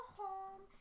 home